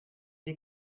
die